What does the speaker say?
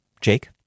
Jake